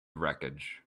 wreckage